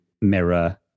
mirror